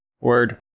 Word